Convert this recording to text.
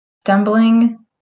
stumbling